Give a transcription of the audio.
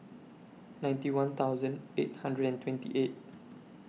ninety one thousand eight hundred and twenty eight